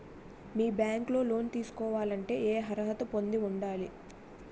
మీ bank లో loan తీసుకోవాలంటే ఎం అర్హత పొంది ఉండాలి?